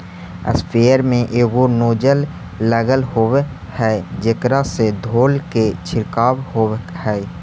sprayer में एगो nozzle लगल होवऽ हई जेकरा से धोल के छिडकाव होवऽ हई